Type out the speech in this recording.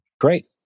Great